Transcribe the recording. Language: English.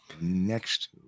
next